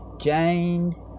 James